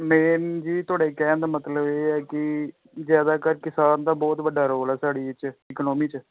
main ਜੀ ਤੁਹਾਡੇ ਕਹਿਣ ਦਾ ਮਤਲਬ ਇਹ ਹੈ ਕਿ ਜ਼ਿਆਦਾ ਕਰ ਕਿਸਾਨ ਦਾ ਬਹੁਤ ਵੱਡਾ ਰੋਲ ਹੈ ਸਾਡੀ ਇਹ 'ਚ ਇਕਨੋਮੀ 'ਚ